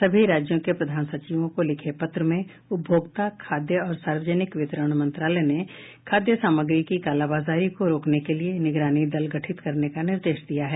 सभी राज्यों के प्रधान सचिवों को लिखे पत्र में उपभोक्ता खाद्य और सार्वजनिक वितरण मंत्रालय ने खाद्य सामग्री की कालाबाजारी को रोकने के लिए निगरानी दल गठित करने का निर्देश दिया है